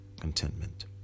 contentment